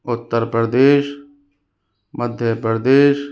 Uttar Pradesh Madhya Pradesh